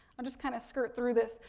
i'll just kind of skirt through this.